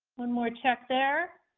one more check there.